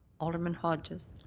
alderman hodges.